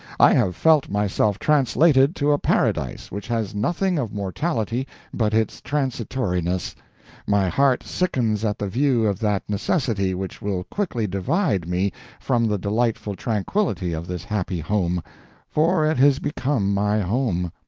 i have felt myself translated to a paradise which has nothing of mortality but its transitoriness my heart sickens at the view of that necessity which will quickly divide me from the delightful tranquillity of this happy home for it has become my home.